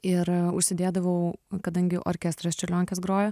ir užsidėdavau kadangi orkestras čiurlionkės grojo